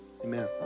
Amen